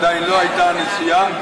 עדיין לא הייתה נשיאה,